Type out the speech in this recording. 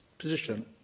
position.